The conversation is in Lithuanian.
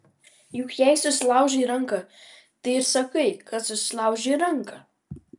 juk jei susilaužai ranką tai ir sakai kad susilaužei ranką